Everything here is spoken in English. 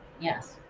yes